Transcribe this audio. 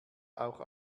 auch